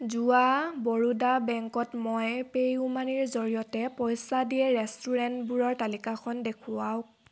যোৱা বৰোদা বেংকত মই পে'ইউ মানিৰ জৰিয়তে পইচা দিয়া ৰেষ্টুৰেণ্টবোৰৰ তালিকাখন দেখুৱাওক